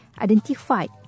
identified